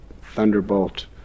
thunderbolt